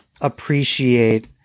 appreciate